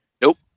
nope